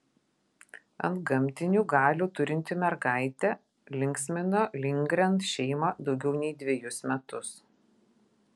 antgamtinių galių turinti mergaitė linksmino lindgren šeimą daugiau nei dvejus metus